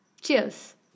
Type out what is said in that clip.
Cheers